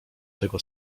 tego